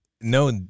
no